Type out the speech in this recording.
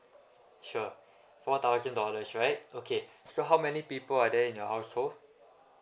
sure four thousand dollars right okay so how many people are there in your household